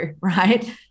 right